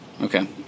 Okay